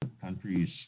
countries